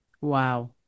Wow